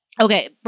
Okay